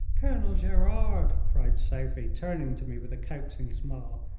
colonel gerard, cried sophie, turning to me with a coaxing smile,